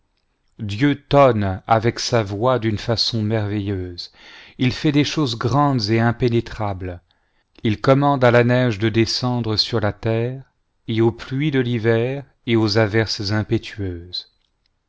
dieu tonne avec sa voix d'une façon merveilleuse il fait des choses grandes et impénétrables il commande à la neige de descendre sur la terre et aux pluies de l'hiver et aux averses impétueuses